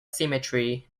cemetery